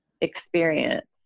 experience